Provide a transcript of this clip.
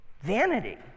vanity